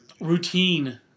routine